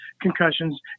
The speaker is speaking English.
concussions